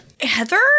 Heather